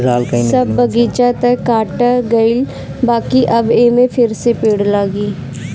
सब बगीचा तअ काटा गईल बाकि अब एमे फिरसे पेड़ लागी